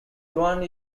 joanne